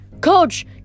Coach